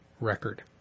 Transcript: record